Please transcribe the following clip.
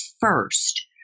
first